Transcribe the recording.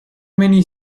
many